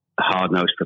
hard-nosed